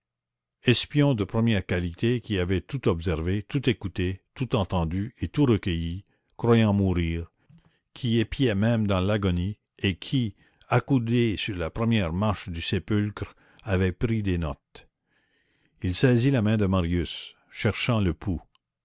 espion de première qualité qui avait tout observé tout écouté tout entendu et tout recueilli croyant mourir qui épiait même dans l'agonie et qui accoudé sur la première marche du sépulcre avait pris des notes il saisit la main de marius cherchant le pouls